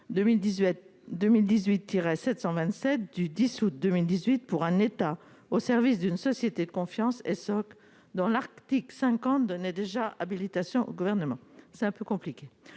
2018 727 du 10 août 2018 pour un État au service d'une société de confiance et SoC dans l'Arctique 50 donnait déjà habilitation au gouvernement, c'est un peu compliqué,